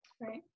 Right